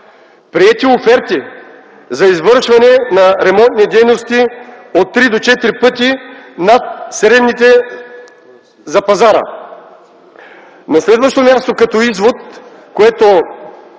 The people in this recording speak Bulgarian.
Приети оферти за извършване на ремонтни дейности от три до четири пъти над средните за пазара. На следващо място като извод, което